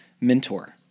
mentor